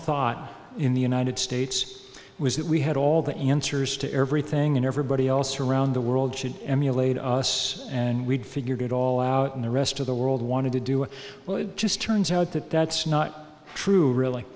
thought in the united states was that we had all the answers to everything and everybody else around the world should emulate us and we'd figure it all out and the rest of the world wanted to do it well it just turns out that that's not true really